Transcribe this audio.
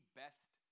best